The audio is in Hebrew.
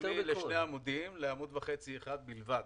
ראיתי